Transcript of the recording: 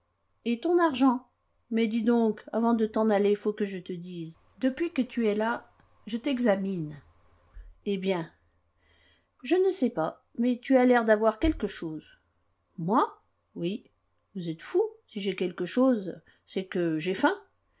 et ton argent mais dis donc avant de t'en aller faut que je te dise depuis que tu es là je t'examine eh bien je ne sais pas mais tu as l'air d'avoir quelque chose moi oui vous êtes fou si j'ai quelque chose c'est que j'ai faim